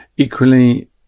Equally